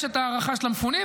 יש את ההארכה של המפונים,